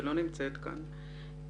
שלא נמצאת כאן,